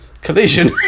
collision